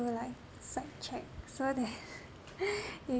like side check so that you